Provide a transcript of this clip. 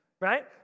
right